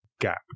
gap